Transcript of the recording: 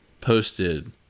posted